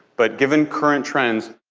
but given current trends,